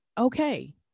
okay